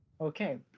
Okay